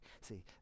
see